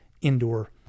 indoor